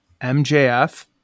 MJF